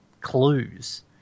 clues